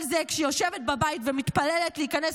כל זה כשהיא יושבת בבית ומתפללת להיכנס